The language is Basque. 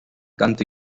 kantu